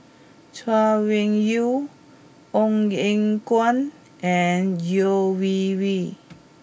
Chay Weng Yew Ong Eng Guan and Yeo Wei Wei